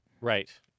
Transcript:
Right